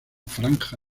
franja